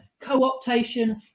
co-optation